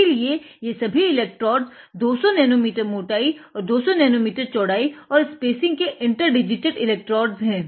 इसीलिए ये सभी एलेक्ट्रोड्स 200 नेनो मीटर मोटाई और 200 नेनो मीटर चौड़ाई और स्पेसिंग के इंटरडिजीटेड एलेक्ट्रोड्स हैं